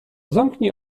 zamknij